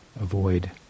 avoid